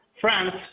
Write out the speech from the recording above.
France